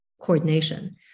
coordination